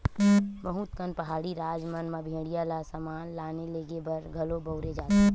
बहुत कन पहाड़ी राज मन म भेड़िया ल समान लाने लेगे बर घलो बउरे जाथे